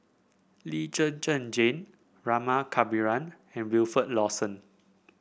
Lee Zhen Zhen Jane Rama Kannabiran and Wilfed Lawson